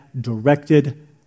directed